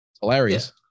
Hilarious